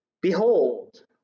Behold